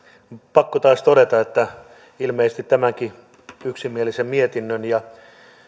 pakko taas todeta että ilmeisesti tämänkin yksimielisen mietinnön ja